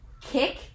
kick